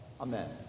amen